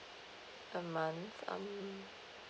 a month um